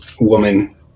woman